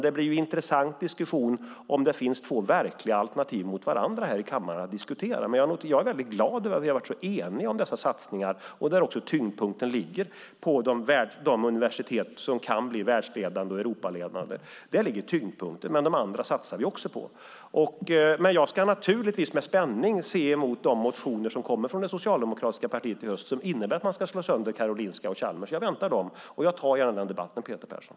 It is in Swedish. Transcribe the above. Det blir en intressant diskussion om det finns två verkliga alternativ att diskutera som står mot varandra här i kammaren. Jag är väldigt glad över att vi har varit så eniga om dessa satsningar, där tyngdpunkten ligger på de universitet som kan bli världsledande och Europaledande. Där ligger tyngdpunkten, men även de andra satsar vi på. Jag ska naturligtvis med spänning se på de motioner som kommer från det socialdemokratiska partiet i höst och som innebär att man ska slå sönder Karolinska Institutet och Chalmers. Jag väntar på dem och tar gärna en debatt med Peter Persson.